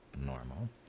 normal